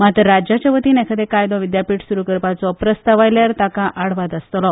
मात राज्याच्यावतीन एखादे कायदो विद्यापीठ सुरू करपाचो प्रस्ताव आयल्यार ताका आडवाद आसतलो